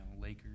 Lakers